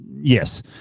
Yes